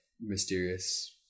mysterious